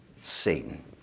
Satan